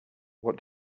what